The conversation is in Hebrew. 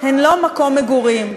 הן לא מקום מגורים,